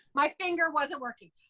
my finger wasn't working.